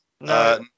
No